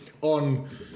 on